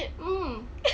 mm